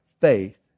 faith